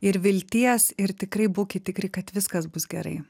ir vilties ir tikrai būkit tikri kad viskas bus gerai